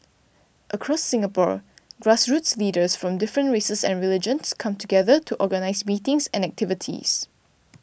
across Singapore grassroots leaders from different races and religions come together to organise meetings and activities